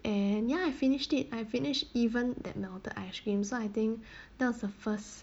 and ya I finished it I finished even that now the ice cream so I think that's the first